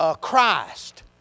Christ